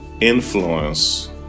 influence